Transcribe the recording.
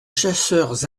chasseurs